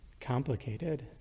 complicated